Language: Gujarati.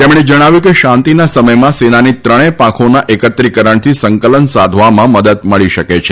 તેમણે જણાવ્યું હતું કે શાંતિના સમયમાં સેનાની ત્રણે પાંખોના એકત્રીકરણથી સંકલન સાધવામાં મદદ મળી શકે છે